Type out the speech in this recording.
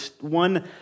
one